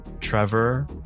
Trevor